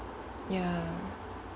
ya